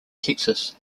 texas